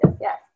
Yes